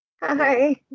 Hi